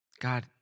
God